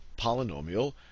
polynomial